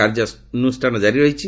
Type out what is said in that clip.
କାର୍ଯ୍ୟାନୁଷ୍ଠାନ ଜାରି ହୋଇଛି